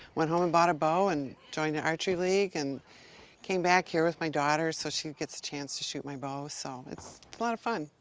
went home and bought a bow and joined the archery league and came back here with my daughter, so she gets a chance to shoot my bow, so um it's a lot of fun.